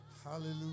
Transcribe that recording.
Hallelujah